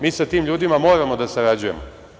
Mi sa tim ljudima moramo da sarađujemo.